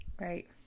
right